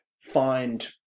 find